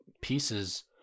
pieces